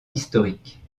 historique